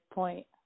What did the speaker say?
point